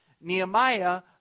Nehemiah